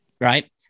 Right